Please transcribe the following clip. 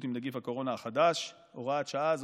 עם נגיף הקורונה החדש (הוראת שעה),